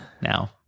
now